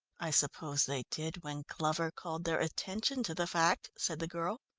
i suppose they did when glover called their attention to the fact, said the girl.